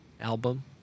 album